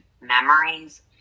memories